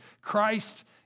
Christ